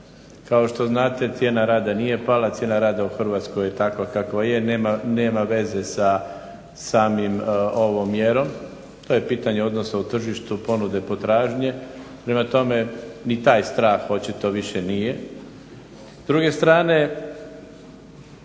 kao što znate cijena rada nije pala, cijena rada u Hrvatskoj je takva kakva je, nema veze sa samom ovom mjerom, to je pitanje odnosa u tržištu ponude i potražnje, prema tome ni taj strah očito više nije.